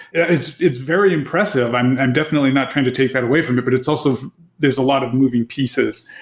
it's it's very impressive. i'm i'm definitely not trying to take that away from you, but but it's also there's a lot of moving pieces.